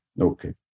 Okay